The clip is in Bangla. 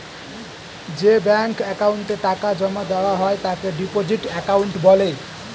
যে ব্যাঙ্ক অ্যাকাউন্টে টাকা জমা দেওয়া হয় তাকে ডিপোজিট অ্যাকাউন্ট বলে